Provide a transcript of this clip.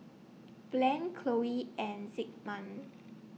Blane Chloe and Zigmund